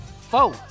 Four